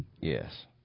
Yes